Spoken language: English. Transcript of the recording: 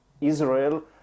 Israel